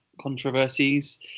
controversies